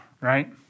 right